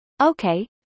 okay